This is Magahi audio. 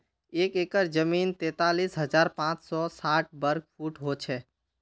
एक एकड़ जमीन तैंतालीस हजार पांच सौ साठ वर्ग फुट हो छे